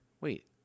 Wait